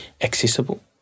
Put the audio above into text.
accessible